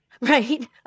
right